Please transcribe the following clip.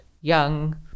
young